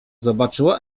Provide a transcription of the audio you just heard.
zobaczyła